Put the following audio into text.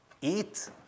Eat